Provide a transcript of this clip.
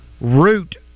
root